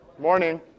Morning